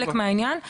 מהעניין.